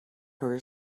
her